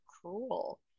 Cruel